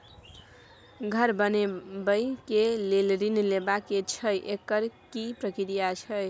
घर बनबै के लेल ऋण लेबा के छै एकर की प्रक्रिया छै?